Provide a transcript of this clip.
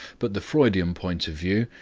but the freudian point of view,